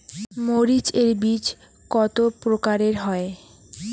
মরিচ এর বীজ কতো প্রকারের হয়?